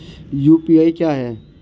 UPI क्या है?